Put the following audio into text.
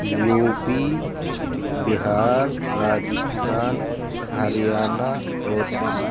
you P Bihar Rajasthan Haryana اور دلی